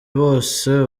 bose